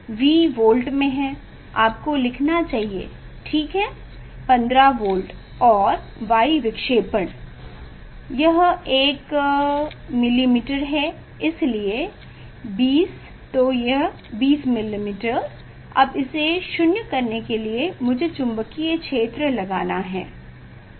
V volt में है आपको लिखना चाहिए ठीक है 15 वोल्ट और Y विक्षेपण यह एक मिलीमीटर है इसलिए 20 तो 20 अब इसे 0 करने के लिए मुझे चुंबकीय क्षेत्र लगाना होगा